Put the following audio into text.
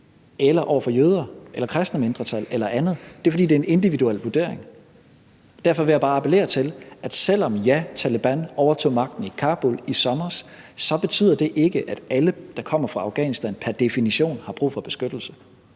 eller over for jøder eller kristne mindretal eller andet, og det er, fordi det er en individuel vurdering. Derfor vil jeg bare appellere til, at det, selv om Taleban overtog magten i Kabul i sommer, så ikke betyder, at alle, der kommer fra Afghanistan, pr. definition har brug for beskyttelse.